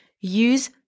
use